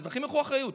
שאזרחים ייקחו אחריות?